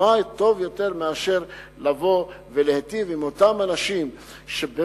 ומה טוב יותר מאשר לבוא ולהיטיב עם אותם אנשים שבמשך